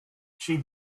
she